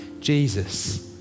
Jesus